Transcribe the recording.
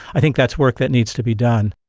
i think that's work that needs to be done.